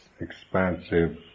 expansive